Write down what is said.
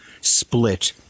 split